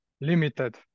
limited